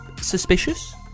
suspicious